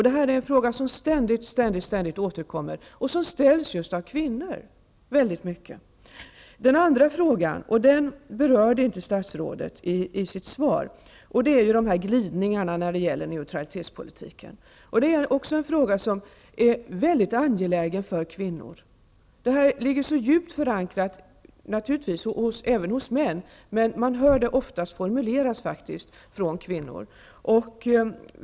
Det här är en fråga som ständigt återkommer och som ställs just av kvinnor. Den andra frågan berörde statsrådet inte i svaret. Den gäller glidningarna i neutralitetspolitiken. Den frågan är angelägen för kvinnor. Frågan är djupt förankrad även hos män, men man hör den oftast formulerad av kvinnor.